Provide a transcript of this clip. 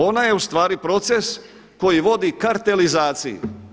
Ona je u stvari proces koji vodi kartelizaciji.